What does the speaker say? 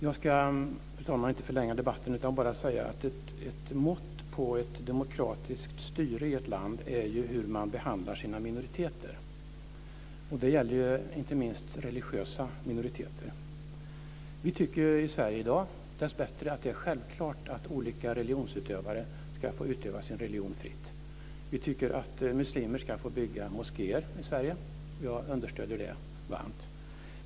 Jag ska, fru talman, inte förlänga debatten utan bara säga att ett mått på ett demokratiskt styre i ett land är hur man behandlar sina minoriteter. Det gäller inte minst religiösa minoriteter. Vi tycker i Sverige i dag dessbättre att det är självklart att olika religionsutövare ska få utöva sin religion fritt. Vi tycker att muslimer ska få bygga moskéer i Sverige, och jag understöder det varmt.